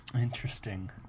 Interesting